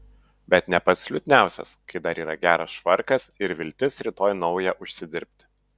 bet ne pats liūdniausias kai dar yra geras švarkas ir viltis rytoj naują užsidirbti